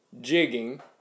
jigging